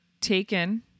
taken